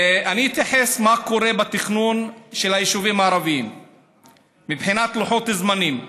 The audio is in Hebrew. אתייחס למה שקורה בתכנון של היישובים הערביים מבחינת לוחות זמנים.